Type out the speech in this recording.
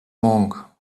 monk